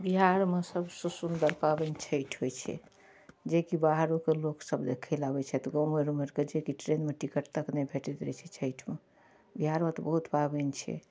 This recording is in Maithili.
बिहारमे सबसऽ सुन्दर पाबनि छठि होइ छै जेकि बाहरो सऽ लोकसब देखै लए आबै छथि गाँव घरमे ट्रेनमे टिकट तक नहि भेटैत रहै छै छठिमे बिहारमे तऽ बहुत किछु पाबनि छै